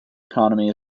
economy